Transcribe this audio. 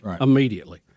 immediately